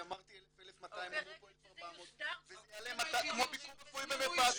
אמרתי 1200-1000 אמרו פה 1400 וזה יעלה כמו ביקור רפואי במרפאה.